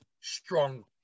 strong